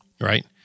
Right